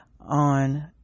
on